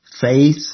faith